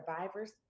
survivors